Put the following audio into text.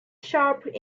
sharp